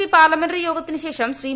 P parliamentary യോഗത്തിനു ശേഷം ശ്രീ